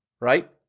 right